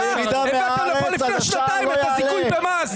הגעתם לפה לפני שנתיים את הזיכוי במס.